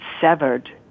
severed